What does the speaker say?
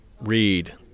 Read